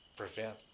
prevent